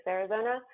Arizona